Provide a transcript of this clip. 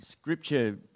Scripture